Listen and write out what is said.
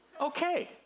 okay